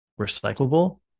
recyclable